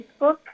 Facebook